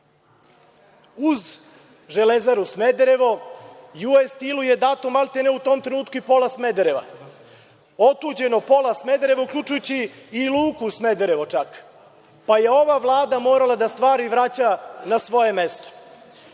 uz „Železaru Smederevo“, „US Steel“ je dato maltene u tom trenutku i pola Smedereva. Otuđeno je pola Smedereva uključujući čak i luku Smederevo, pa je ova Vlada morala stvari da vraća na svoje mesto.